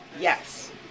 Yes